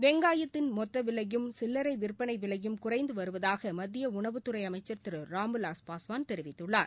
வெங்காயத்தின் மொத்த விலையும் சில்லரை விற்பனை விலையும் குறைந்து வருவதாக மத்திய உணவுத்துறை அமைச்சர் திரு ராம்விலாஸ் பாஸ்வான் தெரிவித்துள்ளார்